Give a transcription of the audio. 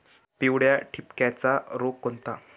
पिवळ्या ठिपक्याचा रोग कोणता?